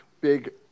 big